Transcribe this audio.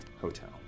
hotel